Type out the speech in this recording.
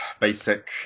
basic